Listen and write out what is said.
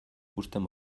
uzten